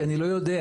כי אני לא יודע.